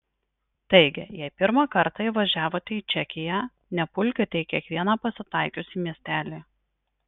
taigi jei pirmą kartą įvažiavote į čekiją nepulkite į kiekvieną pasitaikiusį miestelį